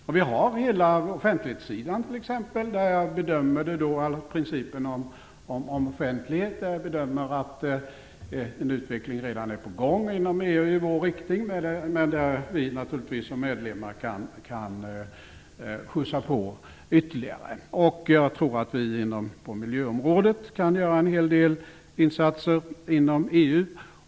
Vad gäller hela offentlighetssidan bedömer jag att en utveckling i vår riktning vad gäller principen om offentlighet redan är på gång inom EU. Men som medlemmar kan naturligtvis Sverige skjutsa på ytterligare. Jag tror att vi inom miljöområdet kan göra en hel del insatser inom EU.